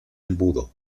embudo